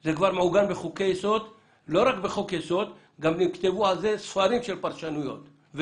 זה מעוגן בחוקי יסוד ונכתבו על זה ספרים של פרשנויות.